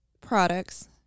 products